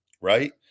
right